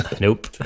Nope